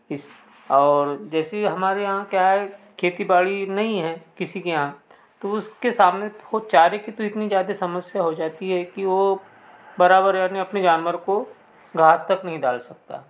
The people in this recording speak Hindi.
इस और जैसे ही हमारे यहाँ क्या है खेती बाड़ी नहीं है किसी के यहाँ तो उसके सामने खो चारे की तो इतनी ज़्यादा समस्या हो जाती है कि वो बराबर यानी अपने जानवर को घास तक नहीं डाल सकता